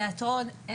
תיאטרון,